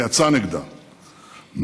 ויצא נגדה,